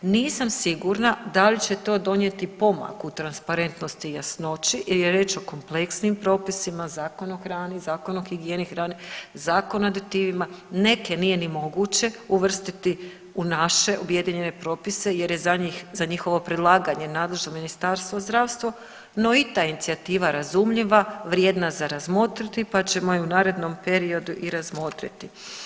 Nisam sigurna da li će to donijeti pomak u transparentnosti i jasnoći jer je riječ o kompleksnim propisima, Zakon o hrani, Zakon o higijeni hrane, Zakon o aditivima, neke nije ni moguće uvrstiti u naše objedinjene propise jer je za njihovo predlaganje nadležno Ministarstvo zdravstva, no i ta je inicijativa razumljiva, vrijedna za razmotriti pa ćemo je u narednom periodu i razmotriti.